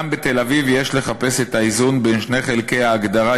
גם בתל-אביב יש לחפש את האיזון בין שני חלקי ההגדרה,